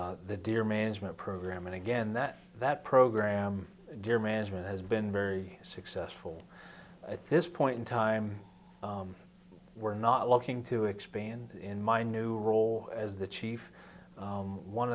and the deer management program and again that that program deer management has been very successful at this point in time we're not looking to expand in my new role as the chief